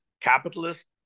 capitalist